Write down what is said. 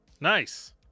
Nice